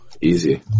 easy